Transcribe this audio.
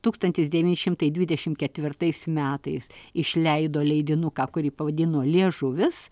tūkstantis devyni šimtai dvidešimt ketvirtais metais išleido leidinuką kurį pavadino liežuvis